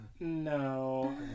No